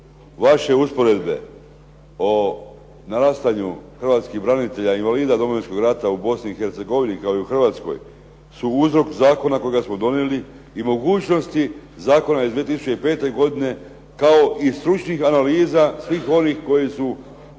se ne razumije./… hrvatskih branitelja, invalida Domovinskog rata u Bosni i Hercegovini, kao i u Hrvatskoj su uzrok zakona kojega smo donijeli i mogućnosti zakona iz 2005. godine, kao i stručnih analiza svih onih koji su